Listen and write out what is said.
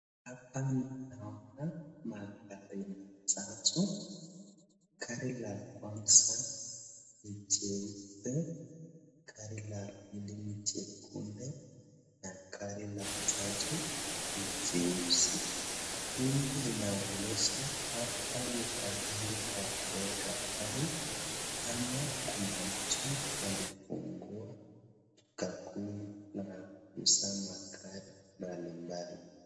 Hapa ninaona magari matatu. Gari la kwanza ni cheupe, gari la pili ni cheupe na gari cha tatu ni cheusi. Hili linaonyesha hapa ni pahali pa kuweka gari ama kuna mtu alifungua kampuni la kuuza magari mbalimbali.